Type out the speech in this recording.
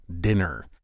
dinner